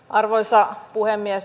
arvoisa puhemies